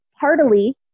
Heartily